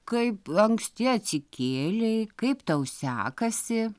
kaip anksti atsikėlei kaip tau sekasi